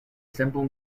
simple